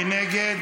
מי נגד?